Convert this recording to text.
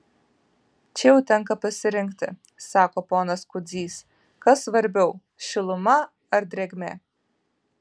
čia jau tenka pasirinkti sako ponas kudzys kas svarbiau šiluma ar drėgmė